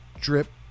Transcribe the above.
drip